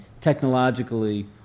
technologically